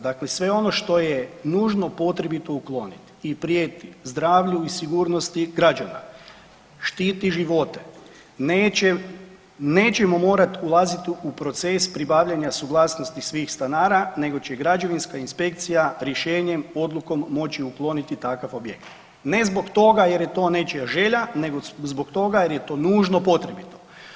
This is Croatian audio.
Dakle, sve ono što je nužno potrebito ukloniti i prijeti zdravlju i sigurnosti građana, štiti živote, nećemo morati ulaziti u proces pribavljanja suglasnosti svih stanara nego će građevinska inspekcija rješenjem odlukom moći ukloniti takav objekt ne zbog toga jer je to nečija želja, nego zbog toga jer je to nužno potrebito.